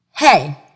Hey